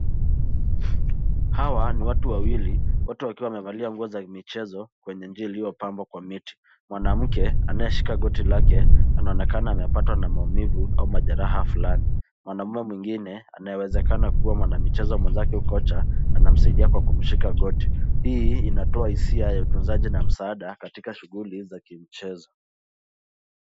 Hawa ni watu wawili ,wote wakiwa wamevalia nguo za michezo kwenye njia iliyopambwa kwa miti. Mwanamke anayeshika goti lake anaonekana amepatwa na maumivu au majeraha fulani ,mwanamume mwengine anayewezekana kuwa mwanamichezo mwezake au kocha anamsaidia kwa kumshika goti. Hii inatoa hisia utuzaji na msaada katika shughuli za kimchezo.